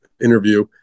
interview